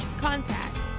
contact